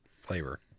flavor